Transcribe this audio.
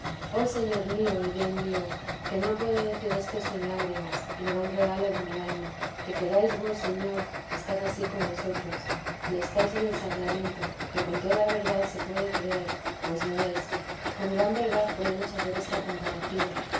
oh señor mío y bien mío que no puedo decir esto sin lágrimas y gran regalo de mi alma que queráis vos señor estar ansí con nosotros y estáis en el sacramento que con toda verdad se puede creer pues lo es y con gran verdad podemos hacer esta comparación